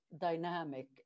dynamic